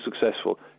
successful